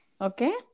Okay